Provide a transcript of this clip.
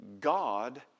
God